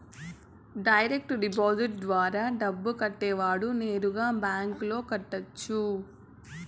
direct deposit ద్వారా డబ్బు కట్టేవాడు నేరుగా బ్యాంకులో కట్టొచ్చు